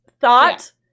thought